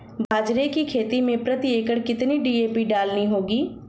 बाजरे की खेती में प्रति एकड़ कितनी डी.ए.पी डालनी होगी?